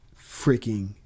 freaking